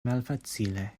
malfacile